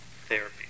therapy